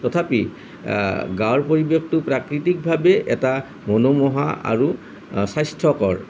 তথাপি গাঁৱৰ পৰিৱেশটো প্ৰাকৃতিকভাৱে এটা মনোমোহা আৰু স্বাস্থ্যকৰ